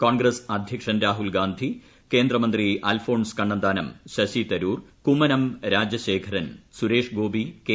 കോൺഗ്രസ് അധ്യക്ഷൻ രാഹുൽ ഗാന്ധി കേന്ദ്രമന്ത്രി Alphons Kannanthanam Shashi Tharoor Kummanam Rajasekharan Suresh Gopi K